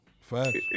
Facts